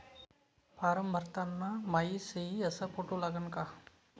Form भरताना मायी सयी अस फोटो लागन का?